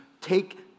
Take